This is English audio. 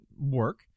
work